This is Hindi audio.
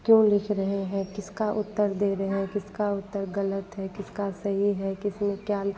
क्यों लिख रहे हैं किसका उत्तर दे रहे हैं किसका उत्तर ग़लत है किसका सही है किसने क्या